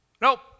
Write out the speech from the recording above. Nope